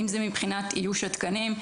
אם זה מבחינת איוש התקנים,